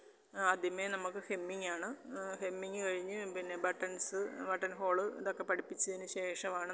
ആദ്യമേ നമുക്ക് ഹെമ്മിങ്ങ് ആണ് ഹെമ്മിങ്ങ് കഴിഞ്ഞ് പിന്നെ ബട്ടൻസ്സ് ബട്ടൻ ഹോള് ഇതൊക്കെ പഠിപ്പിച്ചതിന് ശേഷമാണ് നമുക്ക്